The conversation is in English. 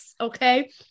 okay